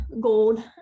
gold